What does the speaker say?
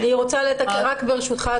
רק ברשותך,